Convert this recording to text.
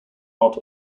not